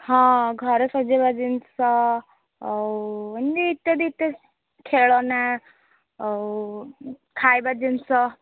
ହଁ ଘରେ ସଜେଇବା ଜିନିଷ ଆଉ ଏମିତି ଇତ୍ୟାଦି ଇତ୍ୟାଦି ଖେଳନା ଆଉ ଖାଇବା ଜିନିଷ